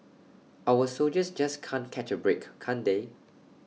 our soldiers just can't catch A break can't they